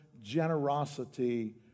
generosity